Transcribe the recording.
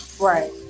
right